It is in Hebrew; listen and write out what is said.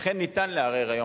אכן אפשר לערער היום,